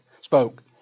spoke